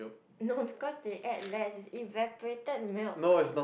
no because they add less evaporated milk